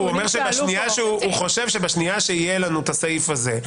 הוא חושב שבשנייה שיהיה לנו הסעיף הזה,